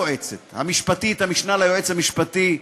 ליועצת המשפטית, המשנה ליועץ המשפטי,